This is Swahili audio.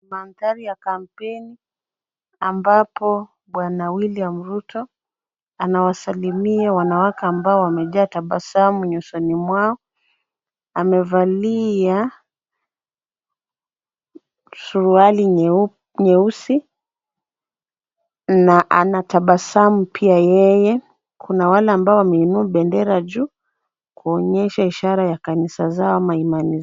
Mandhari ya campaign ambapo bwana William Ruto anawasalimia wanawake ambao wamejaa tabasamu nyusoni mwao. Amevalia surwali nyeusi na anatabasamu pia yeye. Kuna wale ambao wameinua bendera juu kuonyesha ishara ya kanisa zao ama imani.